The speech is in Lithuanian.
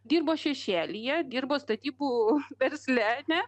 dirbo šešėlyje dirbo statybų versle ane